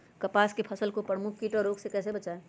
कपास की फसल को प्रमुख कीट और रोग से कैसे बचाएं?